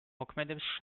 მოქმედებს